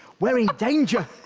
we're in danger.